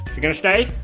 it gonna stay?